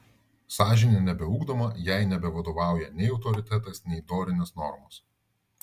sąžinė nebeugdoma jai nebevadovauja nei autoritetas nei dorinės normos